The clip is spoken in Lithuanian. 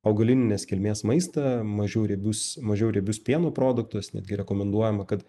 augalinės kilmės maistą mažiau riebius mažiau riebius pieno produktus netgi rekomenduojama kad